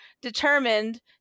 determined